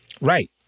Right